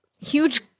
Huge